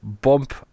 bump